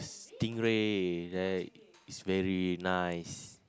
stingray that is very nice